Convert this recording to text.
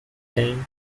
saying